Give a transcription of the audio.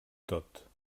tot